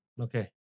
Okay